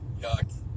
Yuck